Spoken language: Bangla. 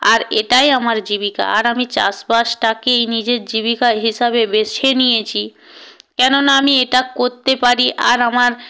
আর এটাই আমার জীবিকা আর আমি চাষবাসটাকেই নিজের জীবিকা হিসাবে বেছে নিয়েছি কেননা আমি এটা করতে পারি আর আমার